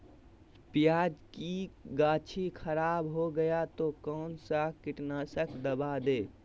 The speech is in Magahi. प्याज की गाछी खराब हो गया तो कौन सा कीटनाशक दवाएं दे?